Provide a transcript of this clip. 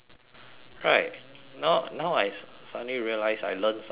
right now now I s~ suddenly realise I learnt something here